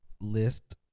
list